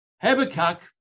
Habakkuk